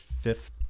fifth